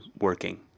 working